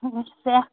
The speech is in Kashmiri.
سٮ۪کھ